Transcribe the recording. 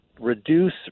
reduce